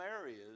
areas